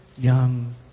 young